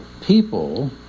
people